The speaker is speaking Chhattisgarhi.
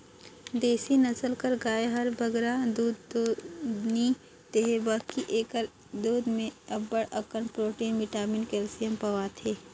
देसी नसल कर गाय हर बगरा दूद दो नी देहे बकि एकर दूद में अब्बड़ अकन प्रोटिन, बिटामिन, केल्सियम पवाथे